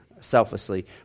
selflessly